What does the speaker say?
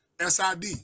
SID